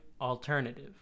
alternative